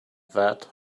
that